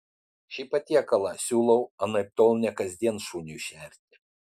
šį patiekalą siūlau anaiptol ne kasdien šuniui šerti